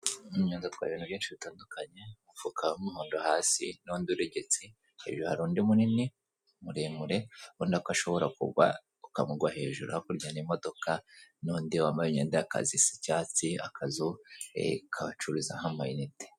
Umunyonzi atwaye ibintu byinshi bitandukanye, mu mufuka w'umuhondo hasi n'undi uregetse, hejuru hari undi munini muremure ubona ko ashobora kugwa ukamugwa hejuru hakurya hari imodoka n'undi wambaye imyenda y'akazi isa icyatsi, akazu ko bacururizaho amayinite.